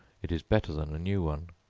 it is better than a new one.